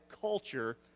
culture